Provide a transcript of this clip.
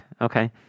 Okay